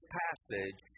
passage